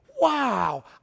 Wow